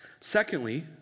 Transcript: Secondly